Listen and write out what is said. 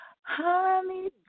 honey